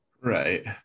Right